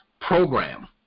program